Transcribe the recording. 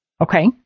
Okay